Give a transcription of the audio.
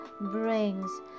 brings